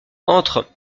entre